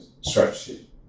strategy